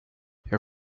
jag